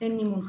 אין מימון חדש.